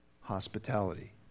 hospitality